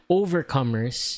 overcomers